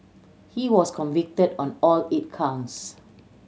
he was convicted on all eight counts